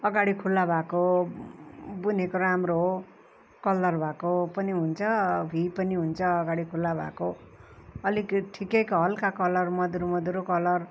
अगाडि खुल्ला भएको बुनेको राम्रो हो कल्लर भएको पनि हुन्छ भी पनि हुन्छ अगाडि खुल्ला भएको अलिक ठिकैको हल्का कलर मधुरो मधुरो कलर